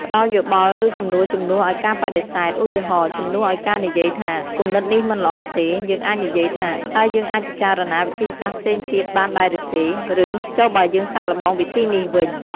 ផ្តល់យោបល់ ឬសំណួរជំនួសឲ្យការបដិសេធ ឧទាហរណ៍ ជំនួសឲ្យការនិយាយថា "គំនិតនេះមិនល្អទេ" យើងអាចនិយាយថា "តើយើងអាចពិចារណាវិធីសាស្រ្តផ្សេងទៀតបានដែរឬទេ?" ឬ "ចុះបើយើងសាកល្បងវិធីនេះវិញ?"។